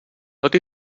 tot